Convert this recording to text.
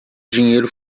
dinheiro